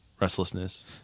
restlessness